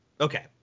Okay